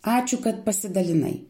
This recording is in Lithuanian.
ačiū kad pasidalinai